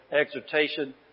exhortation